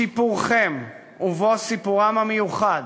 סיפורכם, ובו סיפורם המיוחד